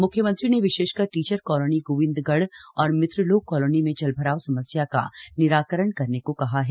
मुख्यमंत्री ने विशेषकर टीचर कॉलोनी गोविन्दगढ और मित्रलोक कॉलोनी में जलभराव समस्या का निराकरण करने को कहा है